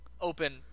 open –